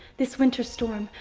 this winter storm,